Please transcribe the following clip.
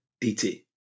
DT